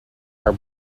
are